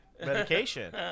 medication